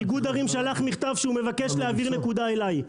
איגוד ערים שלח מכתב שהוא מבקש להעביר נקודה אליי.